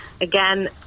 Again